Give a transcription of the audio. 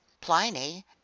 Pliny